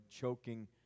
choking